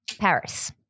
Paris